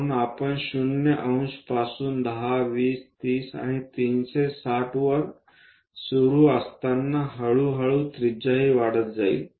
म्हणून आपण 0 ° पासून 10 20 30 आणि 360 वर सुरू असताना हळूहळू त्रिज्याही वाढत जाईल